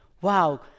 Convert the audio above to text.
Wow